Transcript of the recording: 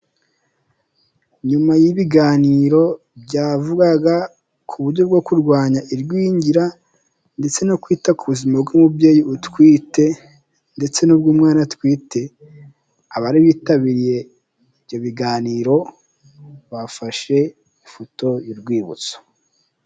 Nyuma y'ibiganiro byavugaga ku buryo bwo kurwanya igwingira ndetse no kwita ku buzima bw'umubyeyi utwite ndetse n'ubw'umwana atwite, abari bitabiriye ibyo biganiro bafashe ifoto y'urwibutso.